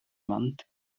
month